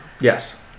Yes